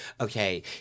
Okay